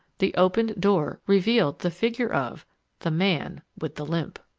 the opened door revealed the figure of the man with the limp!